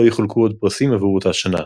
לא יחולקו עוד פרסים עבור אותה שנה.